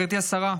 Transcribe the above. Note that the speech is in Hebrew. גברתי השרה,